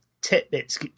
tidbits